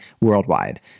worldwide